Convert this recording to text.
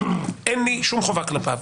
אין לי שום חובה כלפיו.